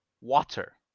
water